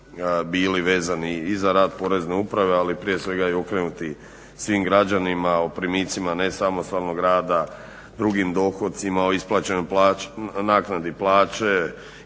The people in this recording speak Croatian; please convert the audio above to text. bili vezani i za rad Porezne uprave ali prije svega okrenuti svim građanima o primicima nesamostalnog rada, drugih dohodcima, o isplaćenoj naknadi plaće,